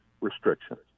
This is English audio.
restrictions